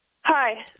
Hi